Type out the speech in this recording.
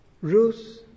Ruth